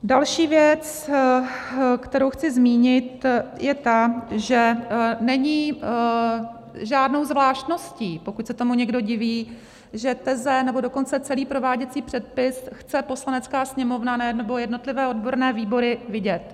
Další věc, kterou chci zmínit, je ta, že není žádnou zvláštností, pokud se tomu někdo diví, že teze, nebo dokonce celý prováděcí předpis chce Poslanecká sněmovna nebo jednotlivé odborné výbory vidět.